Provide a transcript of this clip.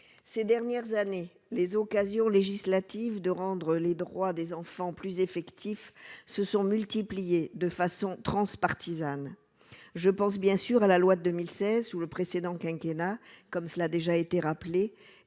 ces dernières années, les occasions législative de rendre les droits des enfants plus effectif se sont multipliés de façon transpartisane je pense bien sûr à la loi 2016 sous le précédent quinquennat comme cela a déjà été rappelé